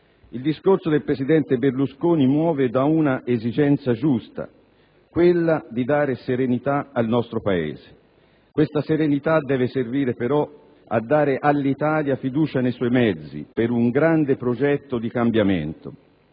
Il discorso del presidente Berlusconi muove da un'esigenza giusta: quella di dare serenità al nostro Paese. Questa serenità deve servire però a dare all'Italia fiducia nei suoi mezzi per un grande progetto di cambiamento.